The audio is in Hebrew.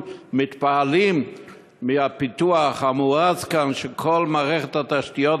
מתפעלים מהפיתוח המואץ כאן של כל מערכת התשתיות,